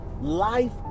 life